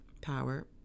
power